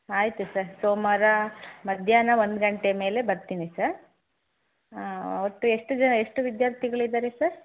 ಆಯಿತು ಸರ್ ಸೋಮವಾರ ಮಧ್ಯಾಹ್ನ ಒಂದು ಗಂಟೆ ಮೇಲೆ ಬರ್ತೀನಿ ಸರ್ ಒಟ್ಟು ಎಷ್ಟು ಜ ಎಷ್ಟು ವಿದ್ಯಾರ್ಥಿಗಳಿದ್ದಾರೆ ಸರ್